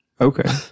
Okay